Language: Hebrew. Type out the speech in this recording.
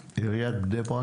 עיריית בני ברק?